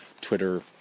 Twitter